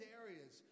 areas